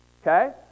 Okay